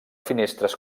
finestres